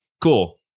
Cool